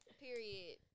Period